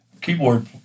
keyboard